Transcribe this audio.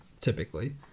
typically